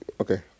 okay